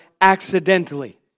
accidentally